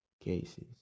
cases